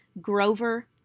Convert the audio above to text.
Grover